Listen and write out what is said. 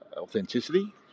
authenticity